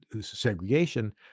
segregation